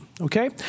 okay